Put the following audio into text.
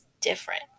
different